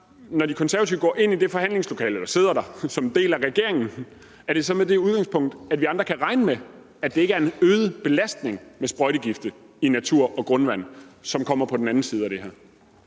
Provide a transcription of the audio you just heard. når De Konservative nu som en del af regeringen går ind og sætter sig i det forhandlingslokale, så med det udgangspunkt, at vi andre kan regne med, at det ikke er en øget belastning med sprøjtegifte i natur og grundvand, som kommer på den anden side af det her?